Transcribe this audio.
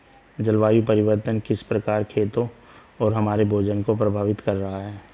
जलवायु परिवर्तन किस प्रकार खेतों और हमारे भोजन को प्रभावित कर रहा है?